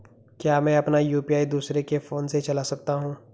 क्या मैं अपना यु.पी.आई दूसरे के फोन से चला सकता हूँ?